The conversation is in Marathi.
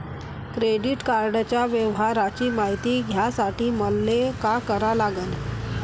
क्रेडिट कार्डाच्या व्यवहाराची मायती घ्यासाठी मले का करा लागन?